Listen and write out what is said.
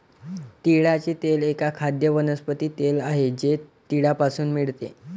तिळाचे तेल एक खाद्य वनस्पती तेल आहे जे तिळापासून मिळते